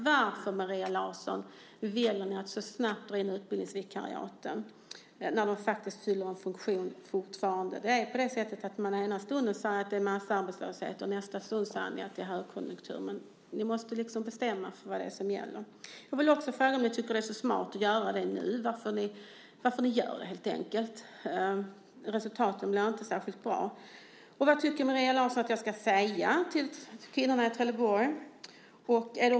Varför, Maria Larsson, väljer ni att så snabbt ta bort utbildningsvikariaten, när de faktiskt fortfarande fyller en funktion? I ena stunden säger ni att det är massarbetslöshet och i nästa att det är högkonjunktur. Ni måste bestämma er för vad det är som gäller. Jag vill också fråga om ni tycker att det är så smart att göra det nu. Helt enkelt: Varför gör ni det? Resultaten blir inte särskilt bra. Och vad tycker Maria Larsson att jag ska säga till kvinnorna i Trelleborg?